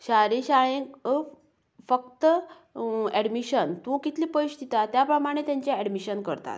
शारी शाळेंत अफ फक्त एडमिशन तूं कितले पयशे दिता त्या प्रमाणें तेंचें एडमिशन करतात